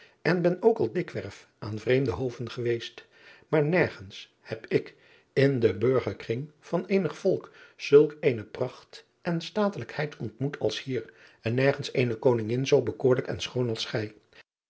en ben ook al dikwerf aan vreemde hoven geweest maar nergens heb ik in den burgerkring van eenig volk zulk eene pracht en statelijkheid ontmoet als hier en nergens eene koningin zoo bekoorlijk en schoon als